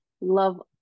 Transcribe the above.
love